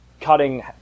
cutting